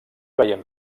veiem